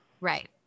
Right